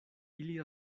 ili